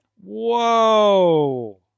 Whoa